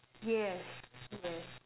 yes yes